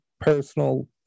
personal